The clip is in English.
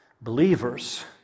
Believers